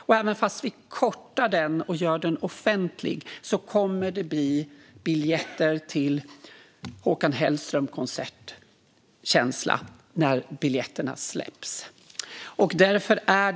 Och även om vi kortar den och gör den offentlig kommer det att bli samma känsla som när biljetterna ska släppas till en Håkan Hellströmkonsert.